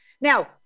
Now